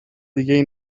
دیگهای